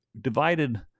divided